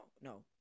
no